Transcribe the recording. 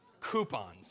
coupons